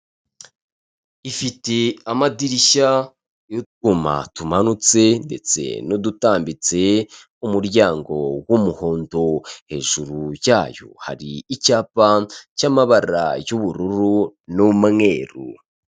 Ifite amadirishya n'utwuma tumanutse ndetse n'udutambitse umuryango w'umuhondo hejuru yayo hari icyapa cy'amabara y'ubururu n'umweru.